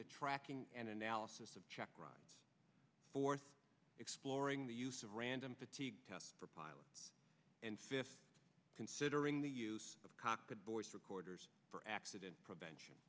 the tracking and analysis of checkride for exploring the use of random fatigue test pilot and fifth considering the use of cockpit voice recorders for accident prevention